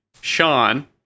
Sean